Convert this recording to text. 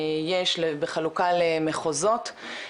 יש בחלוקה למחוזות,